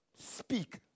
speak